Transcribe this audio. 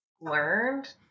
learned